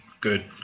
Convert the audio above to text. good